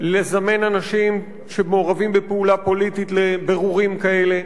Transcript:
לזמן אנשים שמעורבים בפעולה פוליטית לבירורים כאלה,